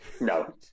no